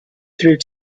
through